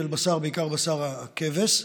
בעיקר של בשר כבש.